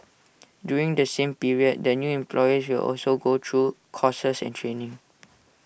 during the same period the new employees will also go through courses and training